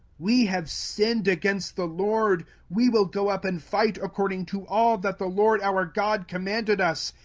we have sinned against the lord, we will go up and fight, according to all that the lord our god commanded us.